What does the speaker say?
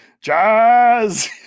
Jazz